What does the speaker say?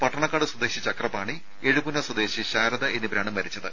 പട്ടണക്കാട് സ്വദേശി ചക്രപാണി എഴുപുന്ന സ്വദേശി ശാരദ എന്നിവരാണ് മരിച്ചത്